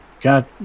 God